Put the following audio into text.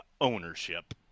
ownership